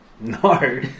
No